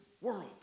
world